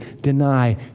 deny